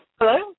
hello